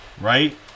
Right